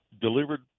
delivered